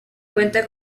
cuenta